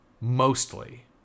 mostly